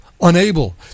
unable